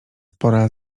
pora